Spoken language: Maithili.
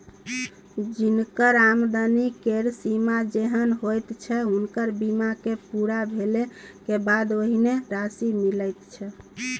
जिनकर आमदनी केर सीमा जेहेन होइत छै हुनकर बीमा के पूरा भेले के बाद ओहेन राशि मिलैत छै